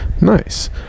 Nice